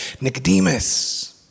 Nicodemus